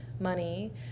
money